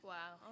Wow